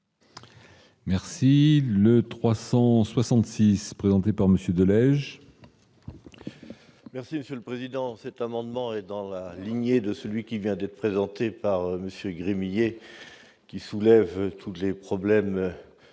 Merci le 366 présenté par monsieur de la neige. Merci Monsieur le Président, cet amendement est dans la lignée de celui qui vient d'être présenté par Monsieur Gremillet qui soulève tous les problèmes